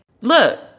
look